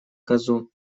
козу